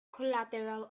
collateral